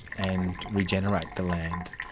and regenerate the land.